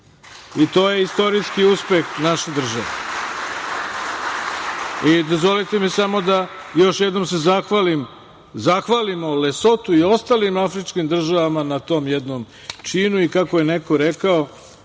to je istorijski uspeh naše države. Dozvolite mi samo da se još jednom zahvalimo Lesotu i ostalim afričkim državama na tom jednom činu i kako je neko rekao